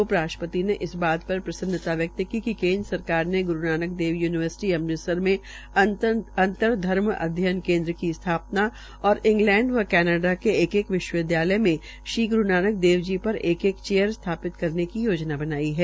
उप राष्ट्रपति ने इस बात पर प्रसन्नता व्यकत की कि केनद्र सरकार ने ग्रू नानक देव यूनिवर्सिटी अमृतसर में अंर्तधर्म अध्ययन केन्द्र की स्थापना और इंग्लैड व कनाडा के एक एक विश्वविदयालय में श्री ग्रू नानक देव जी पर एक एक पेपर स्थापित करने की योजना बनाई है